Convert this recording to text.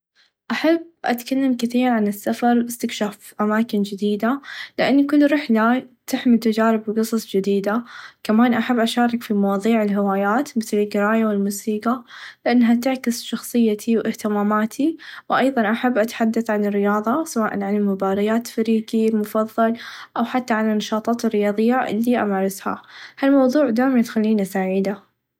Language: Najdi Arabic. احب اتكلم كثير عن السفر استكشاف اماكن چديده لان كل رحله تحمل تچارب و قصص چديده كمان احب اشارك في مواظيع الهوايات مثل القرايه و الموسيقى لانها تعكس شخصيتي و اهتماماتي و ايضا احب اتحدث عن الرياظه سواء عن مباريات فريقي المفظل او حتى عن النشاطات الرياظيه الي امارسها ها الموظوع دايما يخليني سعيده.